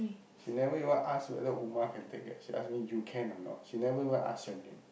she never even ask whether Uma can take eh she ask you can or not she never even ask your name